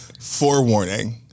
forewarning